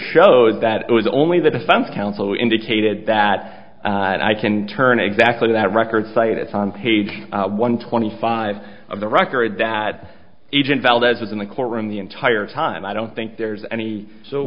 showed that it was only the defense counsel who indicated that and i can turn exactly that record site it's on page one twenty five of the record that agent valdez was in the courtroom the entire time i don't think there's any